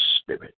Spirit